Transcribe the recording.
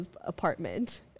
apartment